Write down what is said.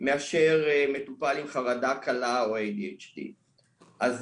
מאשר מטופל עם חרדה קלה או ADHD. אז